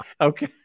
Okay